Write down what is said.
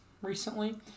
recently